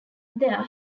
there